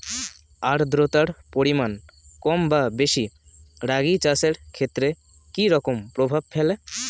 আদ্রতার পরিমাণ কম বা বেশি রাগী চাষের ক্ষেত্রে কি রকম প্রভাব ফেলে?